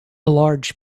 large